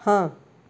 ਹਾਂ